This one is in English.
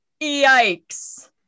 Yikes